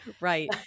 right